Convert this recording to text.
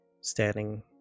standing